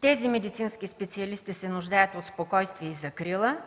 Тези медицински специалисти се нуждаят от спокойствие и закрила